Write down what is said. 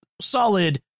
solid